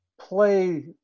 play